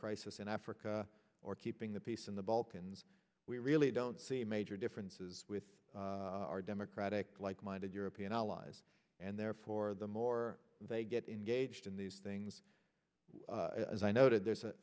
crisis in africa or keeping the peace in the balkans we really don't see major differences with our democratic like minded european allies and therefore the more they get engaged in these things as i noted there's a